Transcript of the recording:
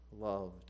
loved